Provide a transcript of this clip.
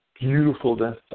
beautifulness